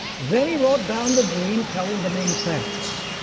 then he wrote down the dream telling the main facts.